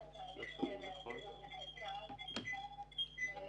שותף בתהליכי הליווי של נכי צה"ל,